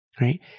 Right